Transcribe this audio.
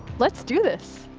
let's do this.